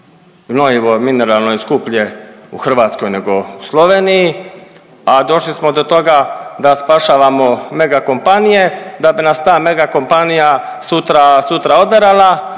gnojivo mineralno je skuplje u Hrvatskoj nego Sloveniji, a došli smo do toga da spašavamo megakompanije da bi nas ta megakompanija sutra oderala,